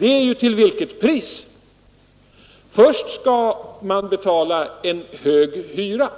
är till vilket pris man kan få bostad. Först skall man betala en hög hyra.